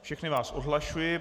Všechny vás odhlašuji.